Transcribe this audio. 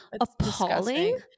appalling